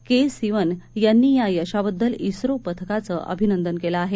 के सिवन यांनी या यशाबददल इस्रो पथकाचं अभिनंदन केलं आहे